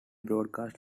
broadcast